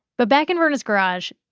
but back in verna's garage,